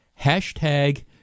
Hashtag